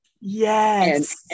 yes